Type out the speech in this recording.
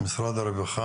בבקשה, משרד החינוך.